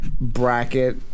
bracket